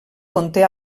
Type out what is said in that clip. conté